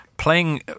playing